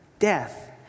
Death